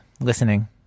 listening